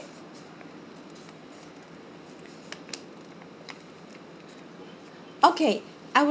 okay I would